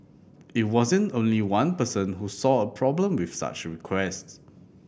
it wasn't only one person who saw a problem with such requests